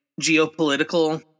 geopolitical